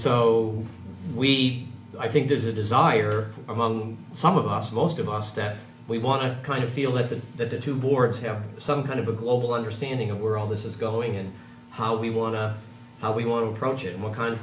so we i think there's a desire among some of us most of us that we want to kind of feel that the that the two boards have some kind of a global understanding of we're all this is going in how we want to how we want to approach it what kind of